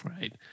Right